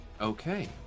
Okay